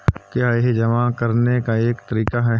क्या यह जमा करने का एक तरीका है?